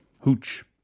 hooch